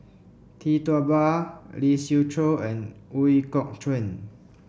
Tee Tua Ba Lee Siew Choh and Ooi Kok Chuen